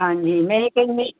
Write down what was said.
ਹਾਂਜੀ ਮੈਂ ਇਹ ਕਹਿੰਦੀ